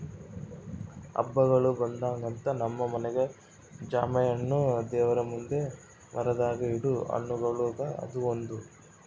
ಹಬ್ಬಗಳು ಬಂದಾಗಂತೂ ನಮ್ಮ ಮನೆಗ ಜಾಂಬೆಣ್ಣು ದೇವರಮುಂದೆ ಮರೆದಂಗ ಇಡೊ ಹಣ್ಣುಗಳುಗ ಅದು ಒಂದು